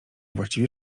właściwie